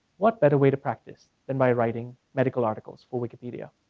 what better way to practice than by writing medical articles for wikipedia.